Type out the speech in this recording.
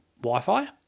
Wi-Fi